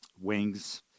wings